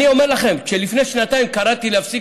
אני אומר לכם שכשלפני שנתיים קראתי להפסיק